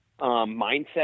mindset